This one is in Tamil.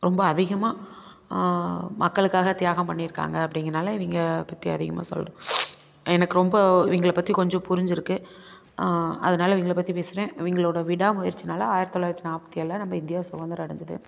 ரொம்ப அதிகமாக மக்களுக்காக தியாகம் பண்ணியிருக்காங்க அப்படிங்கிறனால இவங்கள பற்றி அதிகமாக சொல்கிறேன் எனக்கு ரொம்ப இவங்கள பற்றி கொஞ்சம் புரிஞ்சிருக்குது அதனால இவங்கள பற்றி பேசுகிறேன் இவங்களோட விடா முயற்சினால் ஆயிரத்தி தொள்ளாயிரத்தி நாற்பத்தி ஏழில் நம்ம இந்தியா சுகந்திரம் அடைஞ்சுது